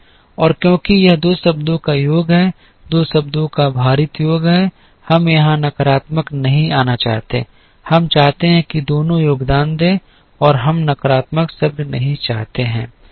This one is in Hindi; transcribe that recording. और क्योंकि यह दो शब्दों का योग है दो शब्दों का भारित योग है हम यहां नकारात्मक नहीं आना चाहते हैं हम चाहते हैं कि दोनों योगदान दें और हम नकारात्मक शब्द नहीं चाहते हैं